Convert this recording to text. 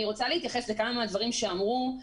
אני רוצה להתייחס לכמה מהדברים שאמרו.